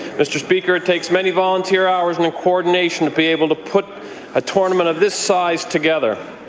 mr. speaker, it takes many volunteer hours and coordination to be able to put a tournament of this size together.